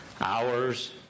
hours